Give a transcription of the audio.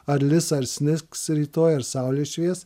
ar lis ar snigs rytoj ar saulė švies